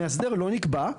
מאסדר לא נקבע,